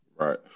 Right